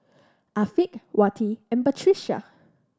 Afiq Wati and Batrisya